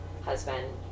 husband